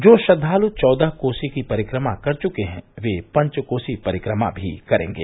जो श्रद्वालु चौदह कोसी की परिक्रमा कर चुके हैं वे पंचकोसी परिक्रमा भी करेंगे